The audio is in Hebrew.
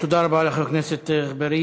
תודה רבה לחבר הכנסת אגבאריה.